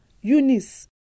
Eunice